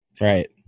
Right